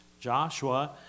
Joshua